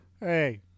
Hey